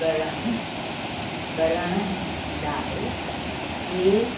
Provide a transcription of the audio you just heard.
करण करण लाइ कंहिं